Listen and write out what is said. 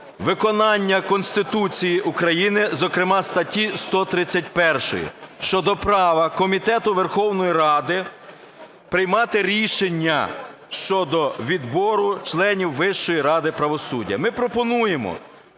виконання Конституції України, зокрема статті 131 щодо права Комітету Верховної Ради приймати рішення щодо відбору членів Вищої ради правосуддя. Ми пропонуємо,